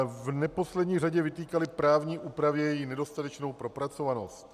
V neposlední řadě vytýkali právní úpravě její nedostatečnou propracovanost.